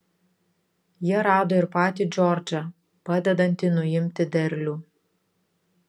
jie rado ir patį džordžą padedantį nuimti derlių